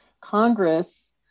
Congress